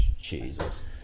Jesus